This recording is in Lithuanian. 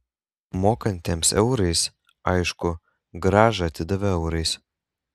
mokantiems eurais aišku grąžą atidavė eurais